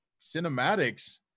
cinematics